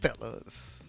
fellas